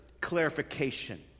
clarification